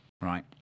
right